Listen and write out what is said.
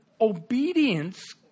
Obedience